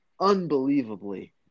unbelievably